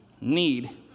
need